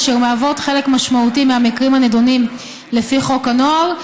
אשר מהוות חלק משמעותי מהמקרים הנדונים לפי חוק הנוער,